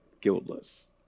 guiltless